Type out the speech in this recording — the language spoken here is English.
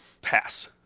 pass